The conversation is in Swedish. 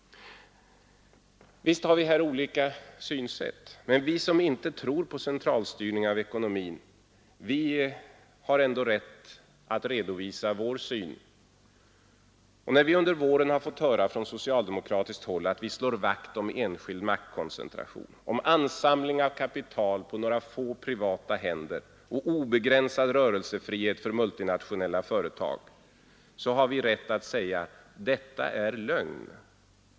Visst har vi här olika synsätt, men vi som inte tror på centralstyrning av ekonomin har ändå rätt att redovisa vår syn. Vi har under våren från socialdemokratiskt håll fått höra att vi slår vakt om enskild maktkoncentration, om ansamling av kapital på några få privata händer och om obegränsad rörelsefrihet för multinationella företag. Vi har då rätt att säga: Detta är lögn.